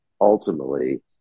ultimately